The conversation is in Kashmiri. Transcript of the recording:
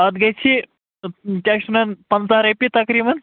اَتھ گَژھِ کیٛاہ چھِ یَتھ وَنان پنٛژہ رۄپیہِ تقریبن